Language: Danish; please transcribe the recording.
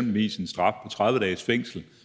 blev givet en straf på 30 dages fængsel